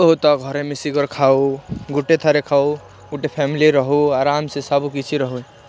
ବହୁତ ଘରେ ମିଶି କରି ଖାଉ ଗୋଟେ ଥାଳିରେ ଖାଉ ଗୋଟେ ଫ୍ୟାମିଲି ରହୁ ଆରାମ ସେ ସବୁ କିଛି ରହୁ